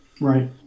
Right